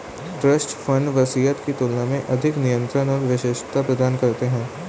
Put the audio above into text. trust fund वसीयत की तुलना में अधिक नियंत्रण और विशिष्टता प्रदान करते हैं